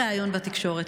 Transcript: כל ריאיון בתקשורת,